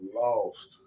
lost